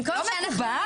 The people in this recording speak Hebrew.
לא מקובל?